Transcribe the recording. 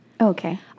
Okay